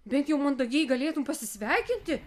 bent jau mandagiai galėtum pasisveikinti